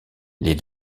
les